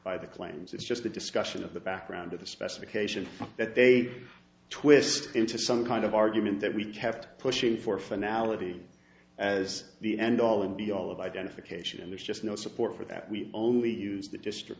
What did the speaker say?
by the claims it's just a discussion of the background of the specification that they twist into some kind of argument that we kept pushing for finale as the end all and be all of identification and there's just no support for that we only use the district